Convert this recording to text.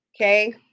okay